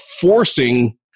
forcing